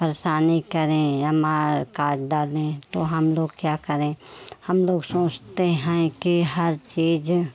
परेशानी करे या मार काट डालें तो हम लोग क्या करें हम लोग सोचते हैं कि हर चीज़